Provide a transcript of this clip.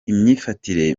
imyifatire